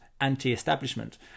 Anti-Establishment